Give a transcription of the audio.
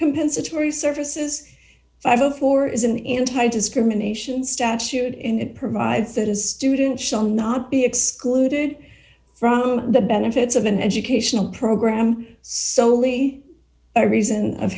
compensatory services five o four is an anti discrimination statute and provides that is student shall not be excluded from the benefits of an educational program solely by reason of